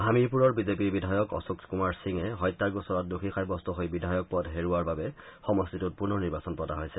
হামিপূৰৰ বিজেপিৰ বিধায়ক অশোক কুমাৰ সিঙে হত্যাৰ গোচৰত দোষী সাব্যস্ত হৈ বিধায়ক পদ হেৰুৱাৰ বাবে সমষ্টিটোত পুনৰ নিৰ্বাচন পতা হয়